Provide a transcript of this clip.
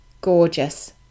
gorgeous